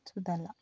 सुदारला